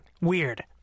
Weird